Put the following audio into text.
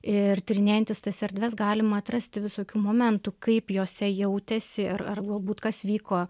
ir tyrinėjantis tas erdves galima atrasti visokių momentų kaip jose jautėsi ir ar galbūti kas vyko